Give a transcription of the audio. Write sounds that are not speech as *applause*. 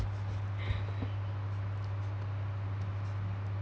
*laughs*